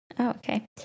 Okay